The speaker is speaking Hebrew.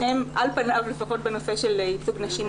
שניהם על פניו לפחות בנושא של ייצוג נשים,